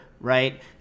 right